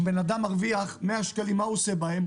אם בן אדם מרוויח 100 שקלים, מה הוא עושה בהם?